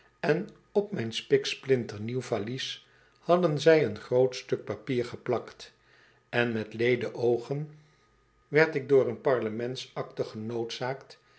en op mijn spiksplinternieuw valies hadden zij een groot stuk papier geplakt en met leede oogen werd ik door een parlements akte